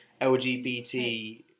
LGBT